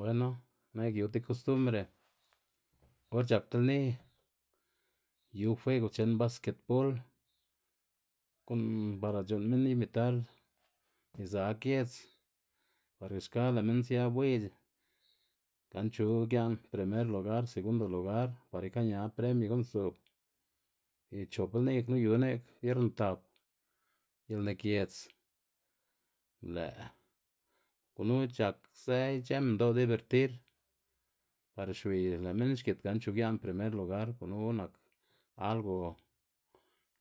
Bueno ne'g yu ti kostumbre, or c̲h̲ak ti lni yu fego chen basketbol gu'n para c̲h̲u'nn minn inbitar iza giedz para xka lë' minn sia wiy gan chu gia'n primer lugar, segundo lugar par ikaña premio gu'n sdzob y chop lni knu yu ne'g biern tap y lni giedz lë' gunu c̲h̲akzë ic̲h̲ë minndo' dibertir para xwiy lë' minn xgit gan chu gia'n primer lugar, gunu nak algo